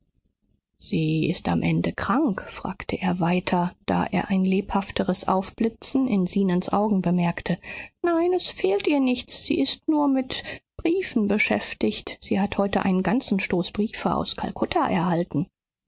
sie ist am ende krank fragte er weiter da er ein lebhafteres aufblitzen in zenons augen bemerkte nein es fehlt ihr nichts sie ist nur mit briefen beschäftigt sie hat heute einen ganzen stoß briefe aus kalkutta erhalten